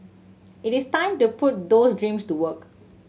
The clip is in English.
it is time to put those dreams to work